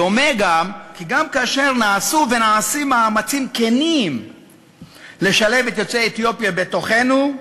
דומה כי גם כאשר נעשו ונעשים מאמצים כנים לשלב את יוצאי אתיופיה בתוכנו,